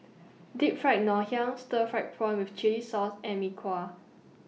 Deep Fried Ngoh Hiang Stir Fried Prawn with Chili Sauce and Mee Kuah